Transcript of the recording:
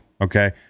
Okay